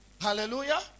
Hallelujah